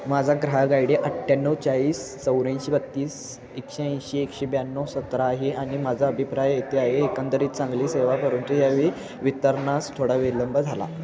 माझा ग्राहक I D अठ्ठ्याण्नव चाळीस चौऱ्याऐंशी बत्तीस एकशे ऐंशी एकशे ब्याण्णव सतरा आहे आणि माझा अभिप्राय येेथे आहे एकंदरीत चांगली सेवा करता यावी वितरणास थोडा विलंब झाला